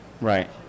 Right